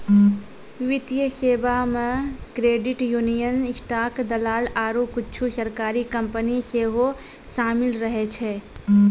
वित्तीय सेबा मे क्रेडिट यूनियन, स्टॉक दलाल आरु कुछु सरकारी कंपनी सेहो शामिल रहै छै